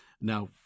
Now—